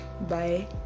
Bye